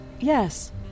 Yes